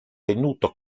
tenuto